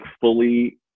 fully